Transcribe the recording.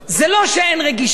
זה לא שאין רגישות,